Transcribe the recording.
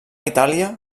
itàlia